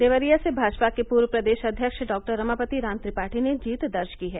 देवरिया से भाजपा के पूर्व प्रदेश अध्यक्ष डॉक्टर रमापति राम त्रिपाठी ने जीत दर्ज की है